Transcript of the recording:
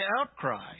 outcry